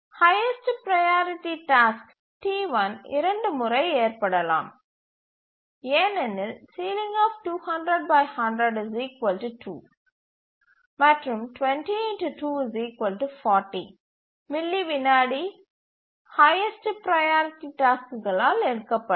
highest priority task T1 இரண்டு முறை ஏற்படலாம் ஏனெனில் மற்றும் 20 ∗ 2 40 மில்லி விநாடி ஹய்யஸ்டு ப்ரையாரிட்டி டாஸ்க்கால் எடுக்கப்படும்